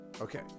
Okay